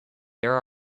there